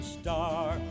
star